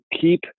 keep